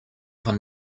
von